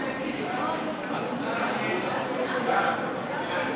להעביר את הצעת חוק חופשה שנתית (תיקון,